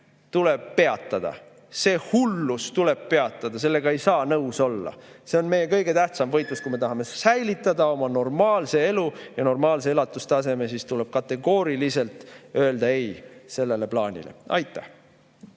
tuleb peatada, see hullus tuleb peatada! Sellega ei saa nõus olla. See on meie kõige tähtsam võitlus. Kui me tahame säilitada oma normaalse elu ja normaalse elatustaseme, siis tuleb kategooriliselt öelda ei sellele plaanile. Aitäh!